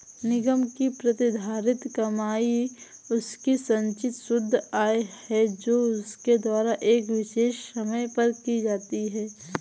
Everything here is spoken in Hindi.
निगम की प्रतिधारित कमाई उसकी संचित शुद्ध आय है जो उसके द्वारा एक विशेष समय पर की जाती है